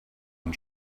and